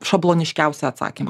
šabloniškiausią atsakymą